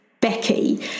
Becky